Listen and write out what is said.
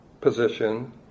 position